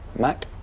Mac